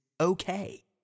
okay